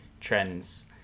trends